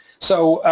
so,